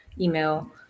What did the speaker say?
email